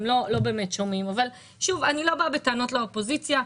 הם לא באמת שומעים אבל אני לא באה בטענות לאופוזיציה,